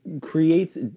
creates